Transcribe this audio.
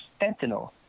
fentanyl